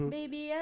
Baby